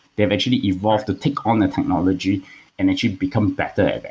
they have actually evolved to take on that technology and actually become better at it.